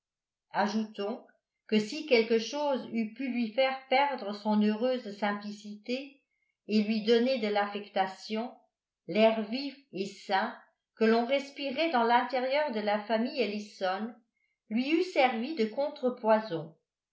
ajoutons que si quelque chose eût pu lui faire perdre son heureuse simplicité et lui donner de l'affectation l'air vif et sain que l'on respirait dans l'intérieur de la famille ellison lui eût servi de